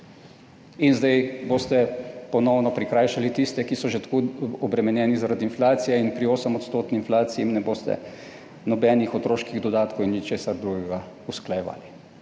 In zdaj boste ponovno prikrajšali tiste, ki so že tako obremenjeni zaradi inflacije in pri 8 odstotni inflaciji jim ne boste nobenih otroških dodatkov in ničesar drugega usklajevali.